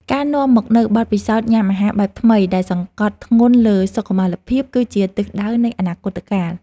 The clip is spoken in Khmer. ការនាំមកនូវបទពិសោធន៍ញ៉ាំអាហារបែបថ្មីដែលសង្កត់ធ្ងន់លើសុខុមាលភាព គឺជាទិសដៅនៃអនាគតកាល។